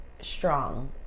strong